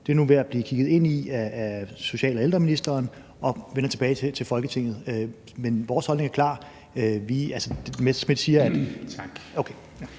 er der nu ved at blive kigget på af social- og ældreministeren, og man vil så vende tilbage til Folketinget. Men vores holdning er klar.